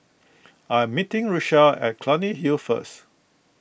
I am meeting Richelle at Clunny Hill first